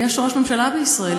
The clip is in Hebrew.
יש ראש ממשלה בישראל.